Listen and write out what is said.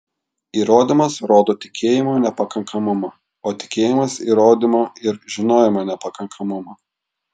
įrodymas rodo tikėjimo nepakankamumą o tikėjimas įrodymo ir žinojimo nepakankamumą